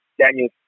Daniel